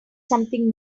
something